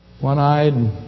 One-eyed